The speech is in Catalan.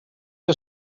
que